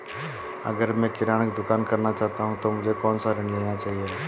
अगर मैं किराना की दुकान करना चाहता हूं तो मुझे कौनसा ऋण लेना चाहिए?